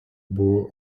buvo